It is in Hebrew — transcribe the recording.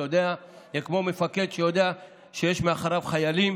אתה יודע, הם כמו מפקד שיודע שיש מאחוריו חיילים: